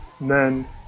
men